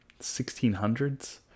1600s